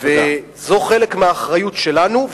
זה חלק מהאחריות שלנו,